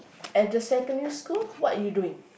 at the secondary school what you doing